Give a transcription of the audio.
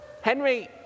Henry